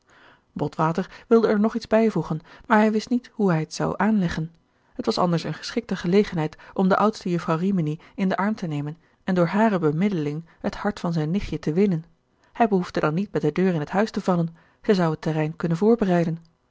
botwater wilde er nog iets bijvoegen maar hij wist niet hoe hij het zou aanleggen het was anders eene geschikte gelegenheid om de oudste jufvrouw rimini in den arm te nemen en door hare bemiddeling het hart van zijn nichtje te winnen hij behoefde dan niet met de deur in het huis te vallen zij zou het terrein kunnen voorbereiden